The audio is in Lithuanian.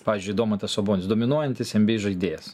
pavyzdžiui domantas sabonis dominuojantis nba žaidėjas